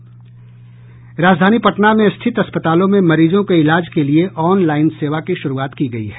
राजधानी पटना में स्थित अस्पतालों में मरीजों के इलाज के लिए ऑनलाइन सेवा की शुरूआत की गयी है